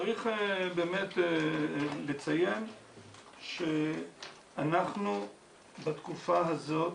צריך באמת לציין שאנחנו בתקופה הזאת